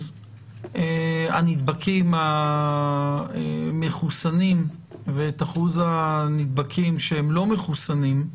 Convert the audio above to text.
הנדבקים המחוסנים ואת אחוז הנדבקים שהם לא מחוסנים,